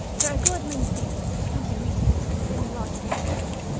there are a good many things that can't be reasoned out with any logic we have,